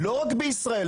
לא רק בישראל,